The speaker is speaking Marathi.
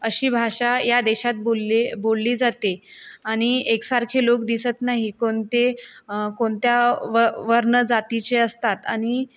अशी भाषा या देशात बोलले बोलली जाते आणि एकसारखे लोक दिसत नाही कोणते कोणत्या व वर्ण जातीचे असतात आणि